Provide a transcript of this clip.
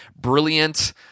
brilliant